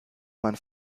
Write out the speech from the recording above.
man